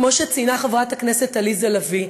כמו שציינה חברת הכנסת עליזה לביא,